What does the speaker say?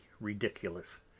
ridiculous